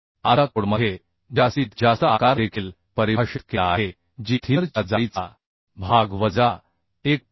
आता कोडमध्ये जास्तीत जास्त आकार देखील परिभाषित केला आहे जी थिनर च्या जाडी चा भाग वजा 1